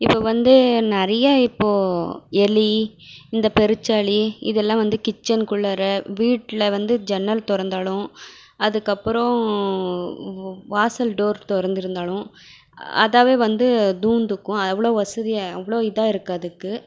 இப்போ வந்து நிறைய இப்போது எலி இந்த பெருச்சாளி இதெல்லாம் வந்து கிட்சன் குள்ளாற வீட்டில வந்து ஜன்னல் திறந்தாலும் அதுக்கு அப்புறம் வாசல் டோர் திறந்து இருந்தாலும் அதாகவே வந்து புந்துக்கும் அவ்வளோ வசதியாக அவ்வளோ இதாக இருக்குது அதுக்கு